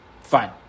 Fine